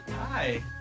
Hi